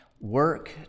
Work